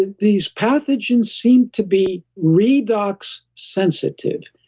these pathogens seem to be redox sensitive,